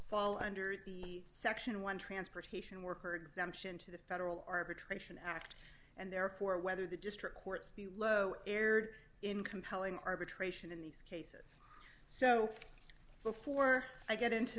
fall under section one transportation worker exemption to the federal arbitration act and therefore whether the district courts the lower erred in compelling arbitration in these cases so before i get into